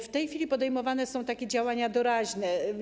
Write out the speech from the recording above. W tej chwili podejmowane są działania doraźne.